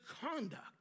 conduct